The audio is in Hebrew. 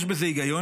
יש בזה היגיון.